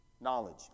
Knowledge